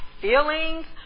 feelings